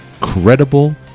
credible